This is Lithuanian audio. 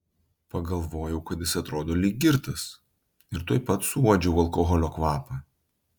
pagalvojau kad jis atrodo lyg girtas ir tuoj pat suuodžiau alkoholio kvapą